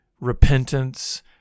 repentance